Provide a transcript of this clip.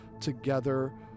together